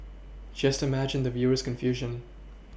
just imagine the viewer's confusion